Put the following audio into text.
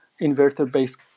inverter-based